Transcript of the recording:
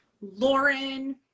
Lauren